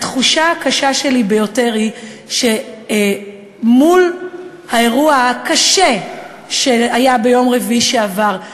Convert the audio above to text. התחושה הקשה ביותר שלי היא שמול האירוע הקשה שהיה ביום רביעי שעבר,